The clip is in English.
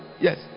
Yes